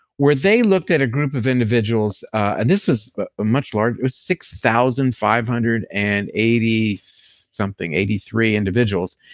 where they looked at a group of individuals and this was a much larger, six thousand five hundred and eighty something, eighty three individuals.